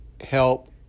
help